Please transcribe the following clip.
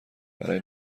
برای